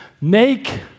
Make